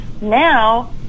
Now